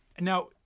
Now